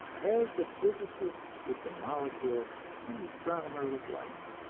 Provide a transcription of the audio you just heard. as the physicist with the molecule and the astronomer with light.